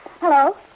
Hello